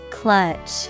Clutch